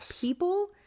people